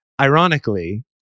ironically